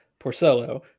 Porcello